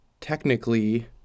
technically